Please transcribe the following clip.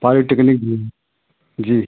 polytechnic भी जी